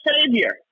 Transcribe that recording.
savior